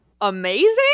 amazing